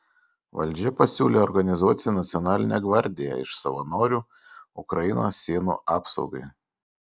valdžia pasiūlė organizuoti nacionalinę gvardiją iš savanorių ukrainos sienų apsaugai